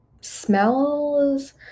smells